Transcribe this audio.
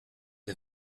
the